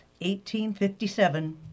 1857